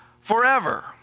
forever